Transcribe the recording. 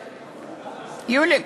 יוליק,